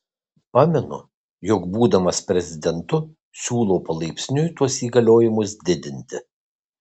pamenu jog būdamas prezidentu siūlau palaipsniui tuos įgaliojimus didinti